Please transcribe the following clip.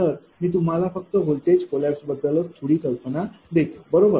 तर मी तुम्हाला फक्त व्होल्टेज कोलैप्सबद्दल थोडी कल्पना देतो बरोबर